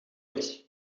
weg